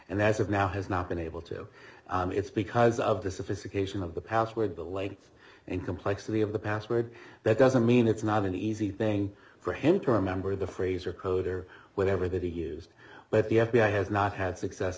and as of now has not been able to it's because of the sophistication of the password the length and complexity of the password that doesn't mean it's not an easy thing for him to remember the phrase or code or whatever that he used but the f b i has not had success